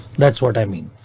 that's what i mean.